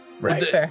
Right